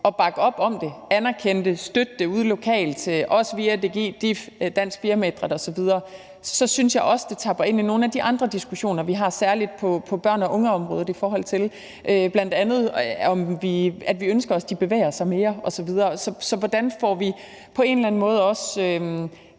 at bakke op om det, anerkende det og støtte det lokalt, også via DFI, DIF, Dansk Firmaidræt osv., så synes jeg også, at det tapper ind i nogle af de andre diskussioner, vi har, særlig på børn og unge-området, bl.a. i forhold til at vi ønsker, at de bevæger sig mere osv. Så hvordan kommer vi hele vejen rundt om